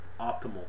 optimal